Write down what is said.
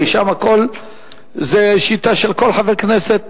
כי שם הכול זה שיטה של כל חבר כנסת שר.